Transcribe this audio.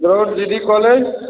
ground G D college